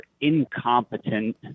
incompetent